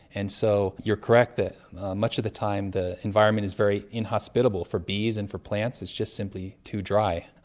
and so you're correct that much of the time the environment is very inhospitable for bees and for plants, it's just simply too dry,